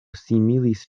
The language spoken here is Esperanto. similis